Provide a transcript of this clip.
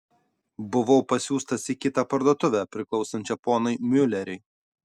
buvau pasiųstas į kitą parduotuvę priklausančią ponui miuleriui